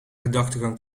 gedachtegang